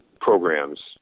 Programs